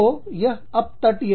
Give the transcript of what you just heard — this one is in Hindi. तो यह अपतटीय